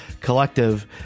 collective